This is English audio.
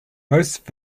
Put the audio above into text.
most